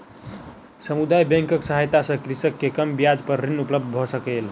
समुदाय बैंकक सहायता सॅ कृषक के कम ब्याज पर ऋण उपलब्ध भ सकलै